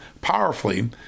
powerfully